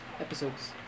episodes